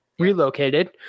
relocated